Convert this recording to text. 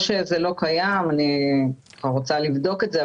אני רוצה לבדוק את זה,